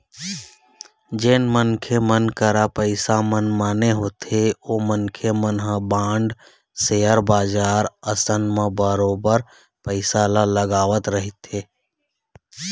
जेन मनखे मन करा पइसा मनमाने होथे ओ मनखे मन ह बांड, सेयर बजार असन म बरोबर पइसा ल लगावत रहिथे